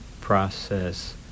process